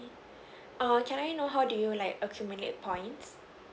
err can I know how do you like accumulate points